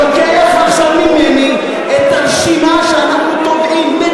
נראה אותך לוקח עכשיו ממני את רשימה הדברים שאנחנו תובעים,